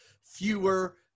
fewer